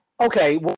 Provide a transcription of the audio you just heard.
Okay